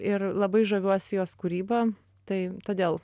ir labai žaviuosi jos kūryba tai todėl